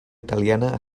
italiana